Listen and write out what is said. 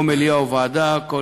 או מליאה או ועדה,